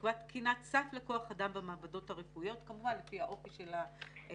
שיקבע תקינת סף לכוח-אדם במעבדות הרפואיות כמובן לפי האופי של המעבדה,